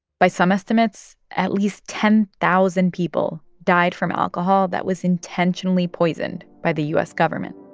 by some estimates, at least ten thousand people died from alcohol that was intentionally poisoned by the u s. government